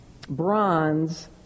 bronze